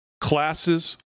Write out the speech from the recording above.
classes